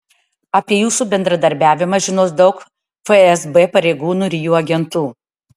apie jūsų bendradarbiavimą žinos daug fsb pareigūnų ir jų agentų